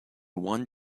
one